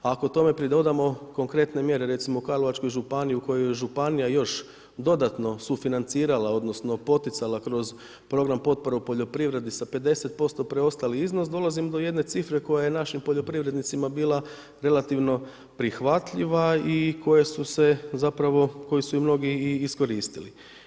Ako tome pridodamo konkretne mjere, recimo u Karlovačkoj županiji u kojoj županija još dodatno sufinancirala, odnosno poticala kroz program potpore u poljoprivredi sa 50% preostali iznos, dolazim do jedne cifre koja je našim poljoprivrednicima bila relativno prihvatljiva i koje su i mnogi i iskoristili.